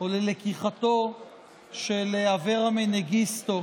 או ללקיחתו של אברה מנגיסטו